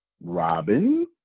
Robin